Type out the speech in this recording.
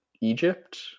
Egypt